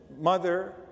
mother